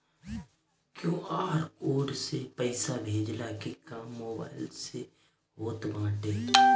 QR code से पईसा भेजला के काम मोबाइल से होत बाटे